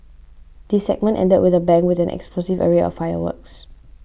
the segment ended with a bang with an explosive array of fireworks